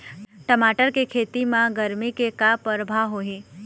टमाटर के खेती म गरमी के का परभाव होही?